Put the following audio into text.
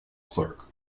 clerk